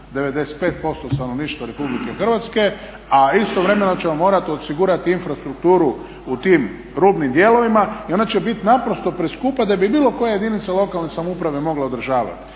95% stanovništva Republike Hrvatske. A istovremeno ćemo morati osigurati infrastrukturu u tim rubnim dijelovima i ona će biti naprosto preskupa da bi bilo koja jedinica lokalne samouprave mogla održavati.